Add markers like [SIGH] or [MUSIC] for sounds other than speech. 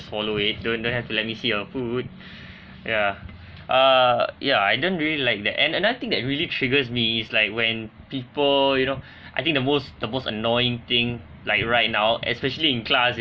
swallow it don't don't have to let me see your food [BREATH] yeah uh yah I don't really like that and another thing that really triggers me is like when people you know I think the most the most annoying thing like right now especially in class